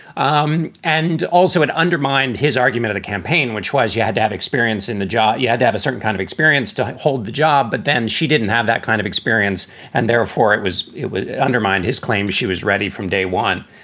um and also had undermined his argument at a campaign which was you had to have experience in the job. you had to have a certain kind of experience to hold the job. but then she didn't have that kind of experience and therefore it was it was undermined. his claim she was ready from day one.